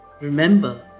Remember